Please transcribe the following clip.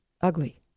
ugly